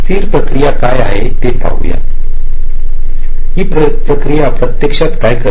स्थिर प्रक्रिया काय आहे हे पाहूया ही प्रक्रिया प्रत्यक्षात काय करते